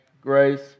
grace